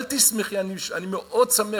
אל תסמכי, אני מאוד שמח